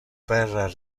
per